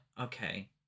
okay